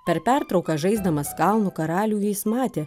per pertrauką žaisdamas kalno karalių jis matė